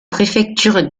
préfectures